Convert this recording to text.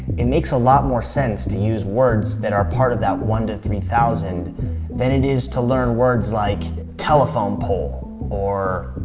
it makes a lot more sense to learn words that are part of that one to three thousand than it is to learn words like telephone pole or